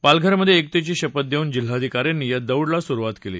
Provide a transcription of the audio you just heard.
पालघर मध्ये एकतेची शपथ देऊन जिल्हाधिकाऱ्यांनी या दौडला सुरवात केली